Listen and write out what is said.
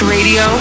Radio